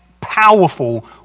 powerful